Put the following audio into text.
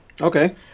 Okay